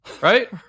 right